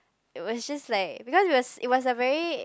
it was just like because it was it was like very